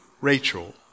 Rachel